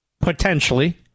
potentially